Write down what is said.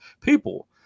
people